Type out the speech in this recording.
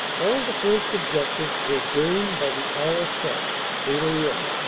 all the first objectives were gained by the hour set, eight a m,